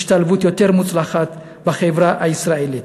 להשתלבות יותר מוצלחת בחברה הישראלית.